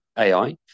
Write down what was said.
AI